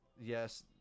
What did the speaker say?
yes